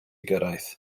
gyrraedd